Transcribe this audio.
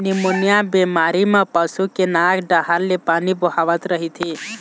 pneumonia बेमारी म पशु के नाक डाहर ले पानी बोहावत रहिथे